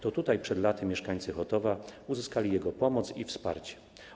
To tutaj przed laty mieszkańcy Chotowa uzyskali jego pomoc i wsparcie.